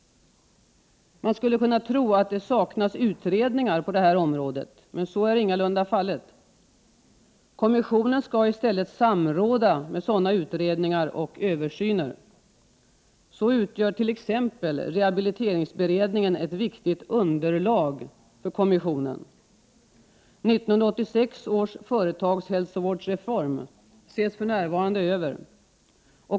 Man skulle kunna tro att det saknas utredningar på det här området, men så är ingalunda fallet. Kommissionen skall i stället samråda med sådana utredningar och översyner. Så utgör t.ex. rehabiliteringsberedningen ett viktigt underlag för kommissionen. 1986 års företagshälsovårdsreform ses för närvarande över.